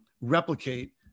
replicate